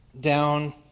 down